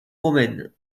romaine